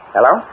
Hello